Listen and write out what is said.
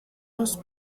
los